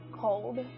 cold